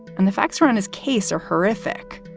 and the facts run his case are horrific.